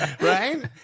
right